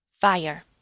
Fire